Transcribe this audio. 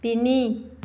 তিনি